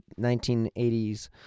1980s